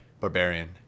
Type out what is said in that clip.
Barbarian